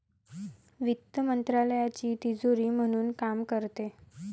वित्त मंत्रालयाची तिजोरी म्हणून काम करते